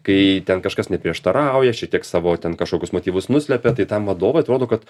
kai ten kažkas neprieštarauja šiek tiek savo ten kažkokius motyvus nuslepia tai tam vadovui atrodo kad